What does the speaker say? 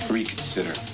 Reconsider